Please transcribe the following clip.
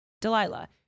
Delilah